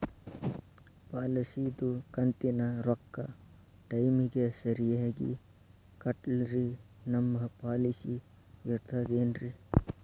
ಪಾಲಿಸಿದು ಕಂತಿನ ರೊಕ್ಕ ಟೈಮಿಗ್ ಸರಿಗೆ ಕಟ್ಟಿಲ್ರಿ ನಮ್ ಪಾಲಿಸಿ ಇರ್ತದ ಏನ್ರಿ?